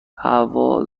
هوا